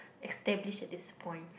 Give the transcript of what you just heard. establish at this point